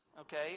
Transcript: Okay